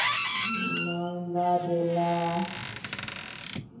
ᱢᱟᱞᱫᱟ ᱡᱮᱞᱟ